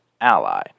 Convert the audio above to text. ally